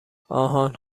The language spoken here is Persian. آهان